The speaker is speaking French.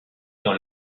dans